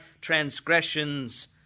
transgressions